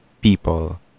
people